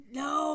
no